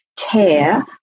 care